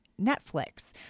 Netflix